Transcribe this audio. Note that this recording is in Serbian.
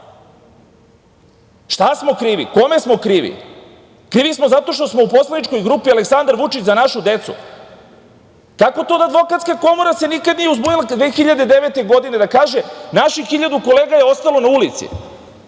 Šta smo krivi, kome smo krivi? Krivi smo zato što smo u poslaničkoj grupi Aleksandar Vučić – Za našu decu. Kako to da Advokatska komora se nikad nije uzbunila 2009. godine, da kaže – naših hiljadu kolega je ostalo na ulici?